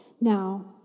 Now